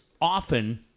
often